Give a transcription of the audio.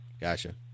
Gotcha